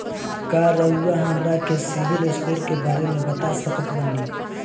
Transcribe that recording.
का रउआ हमरा के सिबिल स्कोर के बारे में बता सकत बानी?